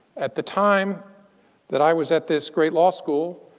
at the time that i was at this great law school,